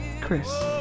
Chris